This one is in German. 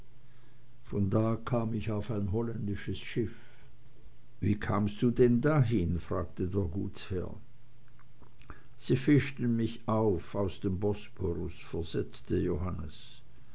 von da kam ich auf ein holländisches schiff wie kamst du denn dahin fragte der gutsherr sie fischten mich auf aus dem bosporus versetzte johannes